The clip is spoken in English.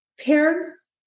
parents